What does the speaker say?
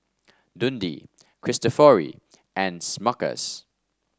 Dundee Cristofori and Smuckers